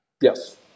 Yes